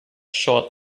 short